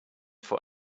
for